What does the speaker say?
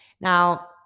Now